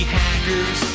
hackers